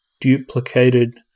duplicated